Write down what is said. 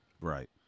Right